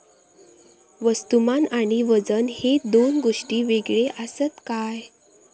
वस्तुमान आणि वजन हे दोन गोष्टी वेगळे आसत काय?